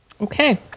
Okay